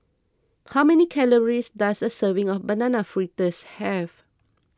how many calories does a serving of Banana Fritters have